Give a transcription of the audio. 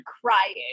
crying